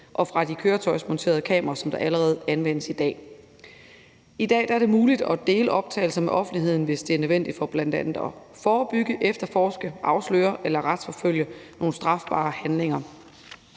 og fra de køretøjsmonterede kameraer, som allerede anvendes i dag. I dag er det muligt at dele optagelser med offentligheden, hvis det er nødvendigt for bl.a. at forebygge, efterforske, afsløre eller retsforfølge nogle strafbare handlinger.